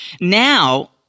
Now